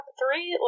three